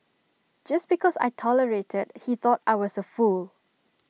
just because I tolerated he thought I was A fool